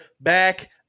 back